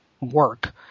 work